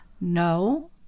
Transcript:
no